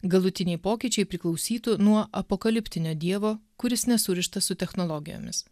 galutiniai pokyčiai priklausytų nuo apokaliptinio dievo kuris nesurištas su technologijomis